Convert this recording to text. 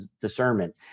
discernment